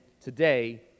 today